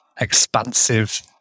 expansive